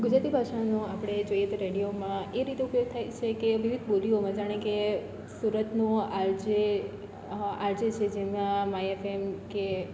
ગુજરાતી ભાષામાં આપણે જોઈએ તો રેડિયોમાં એ રીતે ઉપયોગ થાય છે કે વિવિધ બોલીઓમાં જાણે કે સુરતનો આરજે આરજે છે જેમાં માય એફએમ કે